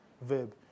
verb